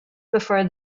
before